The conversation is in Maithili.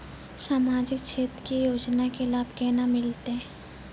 समाजिक क्षेत्र के योजना के लाभ केना मिलतै?